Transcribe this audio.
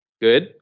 Good